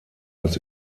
als